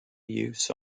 use